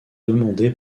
demandé